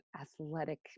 athletic